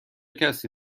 کسی